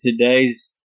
today's